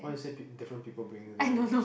why you say p~ different people bringing them